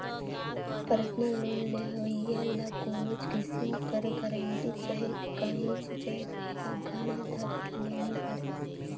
personal loan लेहोइया ल कोनोच किसिम कर गरंटी चहे काहींच जाएत ल गहना धरे ले नी परे